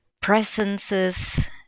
presences